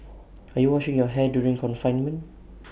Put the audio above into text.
are you washing your hair during confinement